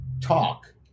talk